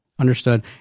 Understood